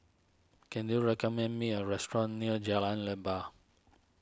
can you recommend me a restaurant near Jalan Leban